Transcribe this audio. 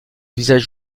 visage